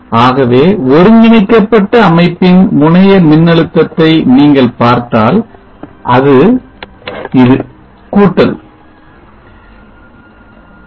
ஆகவே ஒருங்கிணைக்கப்பட்ட அமைப்பின் முனைய மின்னழுத்தத்தை நீங்கள் பார்த்தால் அது இது கூட்டல் இது